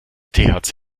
thc